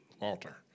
Walter